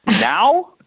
Now